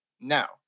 Now